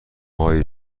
های